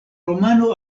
romano